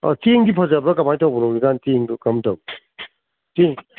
ꯆꯦꯡꯗꯤ ꯐꯖꯕꯔ ꯀꯃꯥꯏ ꯇꯧꯕꯅꯣ ꯍꯧꯖꯤꯛꯀꯥꯟ ꯆꯦꯡꯗꯨ ꯀꯝꯗꯧꯏ ꯆꯦꯡ